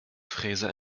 fräse